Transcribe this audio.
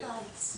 עוד מעט קיץ.